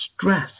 stress